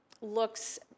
looks